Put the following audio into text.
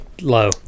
low